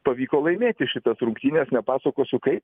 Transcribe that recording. pavyko laimėti šitas rungtynes nepasakosiu kaip